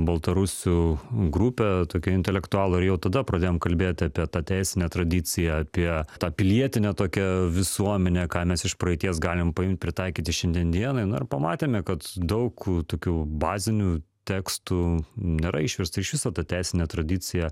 baltarusių grupė tokia intelektualų ir jau tada pradėjom kalbėt apie tą teisinę tradiciją apie tą pilietinę tokią visuomenę ką mes iš praeities galim paimt pritaikyti šiandien dienai na ir pamatėme kad daug tokių bazinių tekstų nėra išversta iš viso ta teisinė tradicija